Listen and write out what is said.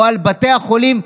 או על בתי החולים,